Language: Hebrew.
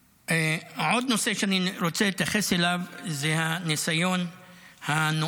עוד נושא שאני רוצה להתייחס אליו זה הניסיון הנואל